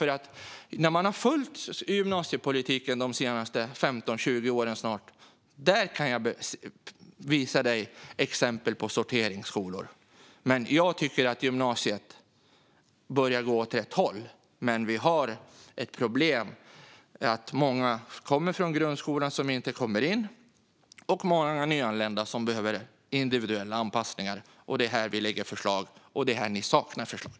Jag har följt gymnasiepolitiken de senaste 15-20 åren och kan visa dig exempel på sorteringsskolor. Jag tycker att gymnasiet börjar gå åt rätt håll, men vi har ett problem i att många från grundskolan inte kommer in och att många nyanlända behöver individuella anpassningar. Där lägger vi fram förslag, men ni saknar förslag.